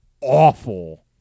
awful